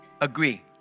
agree